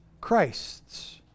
Christ's